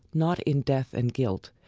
not in death and guilt,